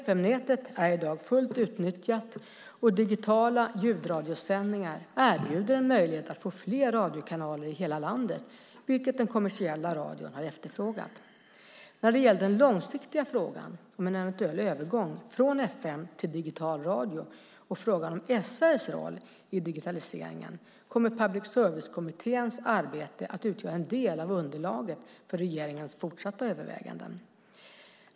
FM-nätet är i dag fullt utnyttjat, och digitala ljudradiosändningar erbjuder en möjlighet att få fler radiokanaler i hela landet, vilket den kommersiella radion har efterfrågat. När det gäller den långsiktiga frågan om en eventuell övergång från FM till digital radio och frågan om SR:s roll i digitaliseringen kommer Public service-kommitténs arbete att utgöra en del av underlaget för regeringens fortsatta överväganden.